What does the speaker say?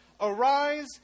Arise